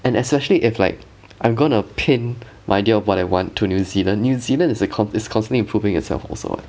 and especially if like I'm gonna pin my idea of what I want to new zealand new zealand is err cons~ constantly improving itself also [what]